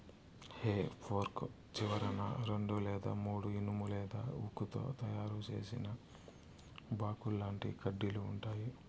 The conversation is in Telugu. హె ఫోర్క్ చివరన రెండు లేదా మూడు ఇనుము లేదా ఉక్కుతో తయారు చేసిన బాకుల్లాంటి కడ్డీలు ఉంటాయి